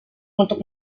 untuk